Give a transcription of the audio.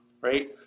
Right